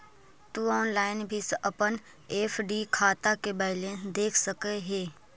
तु ऑनलाइन भी अपन एफ.डी खाता के बैलेंस देख सकऽ हे